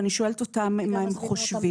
ואני שואלת אותם מה הם חושבים.